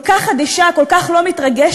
כל כך אדישה, כל כך לא מתרגשת,